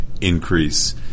increase